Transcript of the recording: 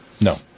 No